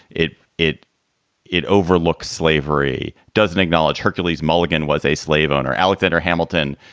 it it it overlooks slavery, doesn't acknowledge hercules mulligan was a slave owner. alexander hamilton,